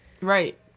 right